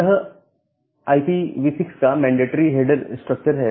यह IPv6 का mandatory header structure है